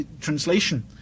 translation